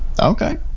okay